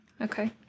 Okay